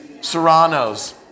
serranos